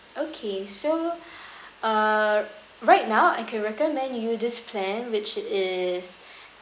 okay so uh right now I can recommend you this plan which is